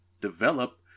develop